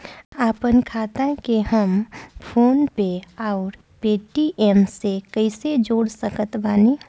आपनखाता के हम फोनपे आउर पेटीएम से कैसे जोड़ सकत बानी?